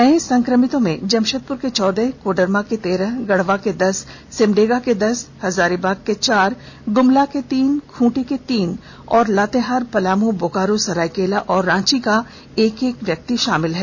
नए संक्रमितों में जमशेदपुर के चौदह कोडरमा के तेरह गढ़वा के दस सिमडेगा के दस हजारीबाग के चार ग्रमला के तीन खूंटी के तीन और लातेहारपलाम बोकारो सरायकेला और रांची का एक एक व्यक्ति शामिल है